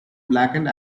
blackened